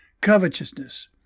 covetousness